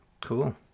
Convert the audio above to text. Cool